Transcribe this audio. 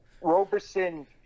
Roberson